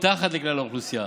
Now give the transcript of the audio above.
מתחת לכלל האוכלוסייה.